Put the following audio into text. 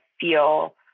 feel